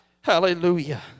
Hallelujah